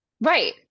right